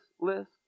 list